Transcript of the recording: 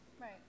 Right